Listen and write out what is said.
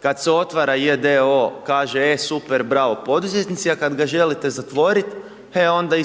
kada se otvara j.d.o.o. kaže, e super, bravo poduzetnici, a kada ga želite zatvoriti, e onda